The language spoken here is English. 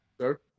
Sir